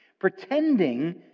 pretending